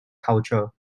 culture